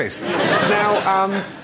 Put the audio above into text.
Now